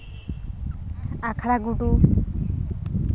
ᱟᱠᱷᱲᱟ ᱜᱩᱰᱩ